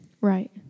Right